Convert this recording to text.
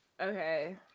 okay